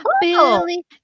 Billy